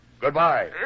Goodbye